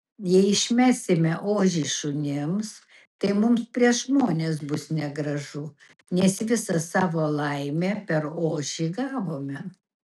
jei išmesime ožį šunims tai mums prieš žmones bus negražu nes visą savo laimę per ožį gavome